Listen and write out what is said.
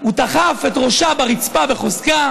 הוא דחף את ראשה בחוזקה לרצפה.